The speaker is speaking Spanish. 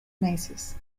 meses